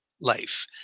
life